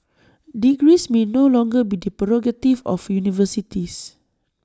degrees may no longer be the prerogative of universities